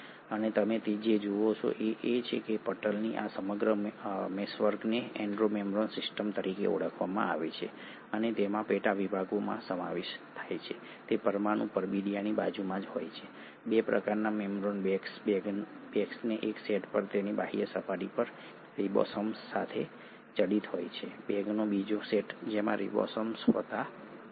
અને તમે જે જુઓ છો તે એ છે કે આ પટલના આ સમગ્ર મેશવર્કને એન્ડો મેમ્બ્રેન સિસ્ટમ તરીકે ઓળખવામાં આવે છે અને તેમાં પેટાવિભાગોનો સમાવેશ થાય છે તે પરમાણુ પરબિડીયાની બાજુમાં જ હોય છે 2 પ્રકારની મેમ્બ્રેન બેગ્સ બેગનો એક સેટ જે તેમની બાહ્ય સપાટી પર રિબોસોમ્સ સાથે જડિત હોય છે બેગનો બીજો સેટ જેમાં રિબોસોમ્સ હોતા નથી